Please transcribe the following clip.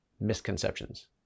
misconceptions